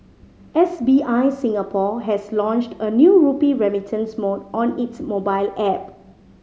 S B I Singapore has launched a new rupee remittance mode on its mobile app